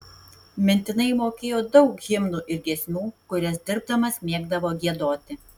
mintinai mokėjo daug himnų ir giesmių kurias dirbdamas mėgdavo giedoti